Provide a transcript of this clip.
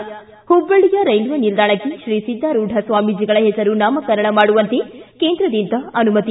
ಿ ಹುಬ್ಬಳ್ಳಿಯ ರೈಲ್ವೆ ನಿಲ್ದಾಣಕ್ಕೆ ಶ್ರೀ ಸಿದ್ಧಾರೂಢ ಸ್ವಾಮೀಜಿಗಳ ಹೆಸರು ನಾಮಕರಣ ಮಾಡುವಂತೆ ಕೇಂದ್ರದಿಂದ ಅನುಮತಿ